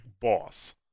boss